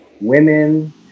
women